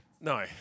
no